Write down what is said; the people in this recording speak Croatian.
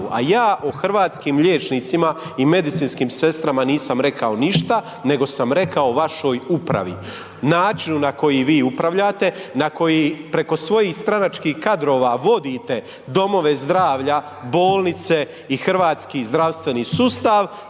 a ja o hrvatskim liječnicima i medicinskim sestrama nisam rekao ništa, nego sam rekao vašoj upravi, načinu na koji vi upravljate, na koji preko svojih stranačkih kadrova vodite domove zdravlja, bolnice i hrvatski zdravstveni sustav,